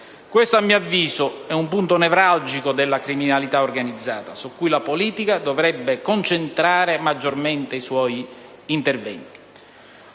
Questo, a mio avviso, è un punto nevralgico della criminalità organizzata su cui la politica dovrebbe concentrare maggiormente i suoi interventi.